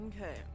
Okay